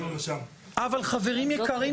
אבל חברים יקרים,